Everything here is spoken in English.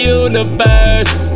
universe